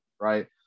right